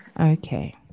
okay